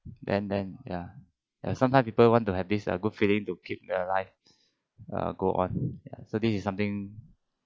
and then ya ya sometime people want to have this uh good feeling to keep their life uh go on so this is something